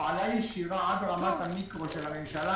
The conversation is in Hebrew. הפעלה ישירה עד רמת המיקרו של הממשלה